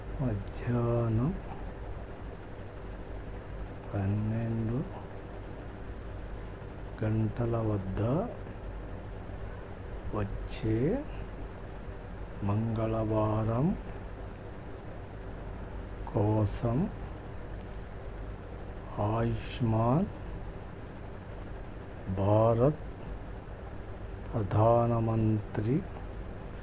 మధ్యానం పన్నెండు గంటల వద్ద వచ్చే మంగళవారం కోసం ఆయుష్మాన్ భారత్ ప్రధాన మంత్రి